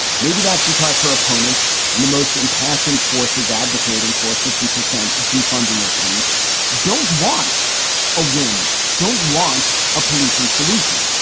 maybe that's because her opponents and the most impassioned forces advocating for a fifty percent defunding of police don't want a win, don't want a policing solution.